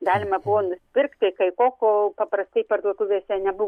galima buvo nupirkti kai ko ko paprastai parduotuvėse nebu